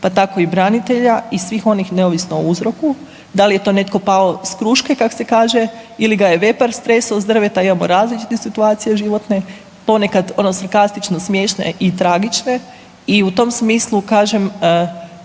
pa tako i branitelja i svih onih neovisno o uzroku, da li je to netko pao s kruške kako se kaže ili ga je vepar stresao sa drveta, imamo različitih situacija životnih, ponekad ono sarkastično smiješne i tragične i u tom smislu kažem